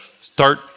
start